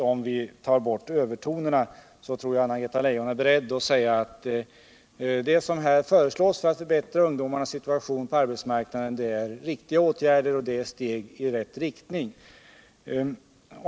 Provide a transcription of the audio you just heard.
Om vi tar bort övertonerna, så tror jag att även Anna-Greta Leijon är beredd att säga att det som här föreslagits för att förbättra ungdomarnas situation på arbetsmarknaden är en riktig åtgärd och ett steg i rätt riktning.